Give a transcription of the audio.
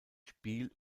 spiel